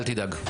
אל תדאג.